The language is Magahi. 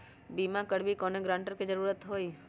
बिमा करबी कैउनो गारंटर की जरूरत होई?